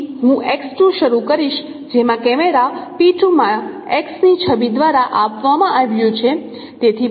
તેથી હું શરૂ કરીશ જેમાંથી કેમેરા માં X ની છબી દ્વારા આપવામાં આવ્યું છે